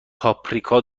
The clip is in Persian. پاپریکا